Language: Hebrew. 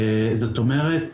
זאת אומרת,